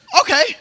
Okay